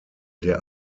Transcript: der